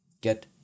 Get